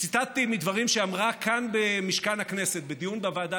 ציטטתי מדברים שאמרה כאן במשכן הכנסת בדיון בוועדה